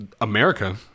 America